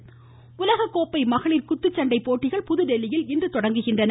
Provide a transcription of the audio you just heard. குத்துச்சண்டை உலக கோப்பை மகளிர் குத்துச்சண்டை போட்டிகள் புதுதில்லியில் இன்று தொடங்குகின்றன